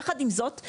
יחד עם זאת,